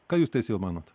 ką jūs teisėjau manot